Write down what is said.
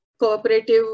cooperative